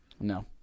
No